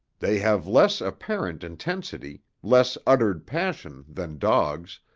they have less apparent intensity, less uttered passion, than dogs,